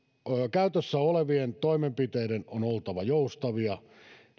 käytössä olevien toimenpiteiden on oltava joustavia